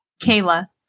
Kayla